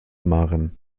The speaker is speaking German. maren